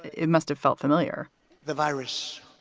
it must have felt familiar the virus,